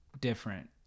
different